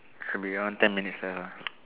should be around ten minutes left ah